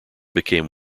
become